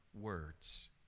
words